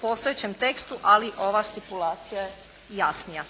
postojećem tekstu, ali ova stipulacija je jasnija.